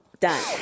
done